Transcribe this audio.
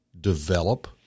develop